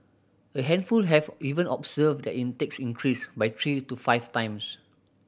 a handful have even observed their intakes increase by three to five times